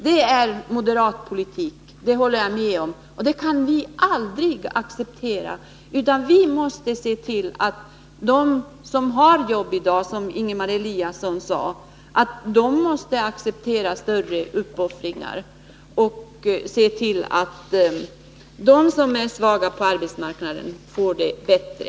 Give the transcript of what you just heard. Detta är moderat politik, det håller jag med om, och den kan vi aldrig acceptera. Vi måste se till att de som har jobb i dag — som Ingemar Eliasson sade — de måste acceptera större uppoffringar och se till att de svaga på arbetsmarknaden får det bättre.